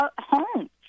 homes